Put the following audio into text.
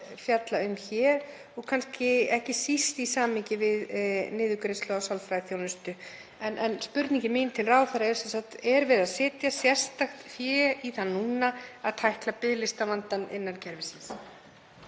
fjalla um hér og kannski ekki síst í samhengi við niðurgreiðslu á sálfræðiþjónustu. Spurning mín til ráðherra er sem sagt: Er verið að setja sérstakt fé í það núna að tækla biðlistavandann innan kerfisins?